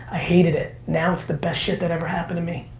i hated it. now it's the best shit that ever happened to me.